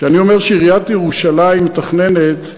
כשאני אומר שעיריית ירושלים מתכננת,